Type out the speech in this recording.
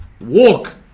Walk